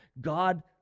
God